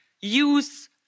use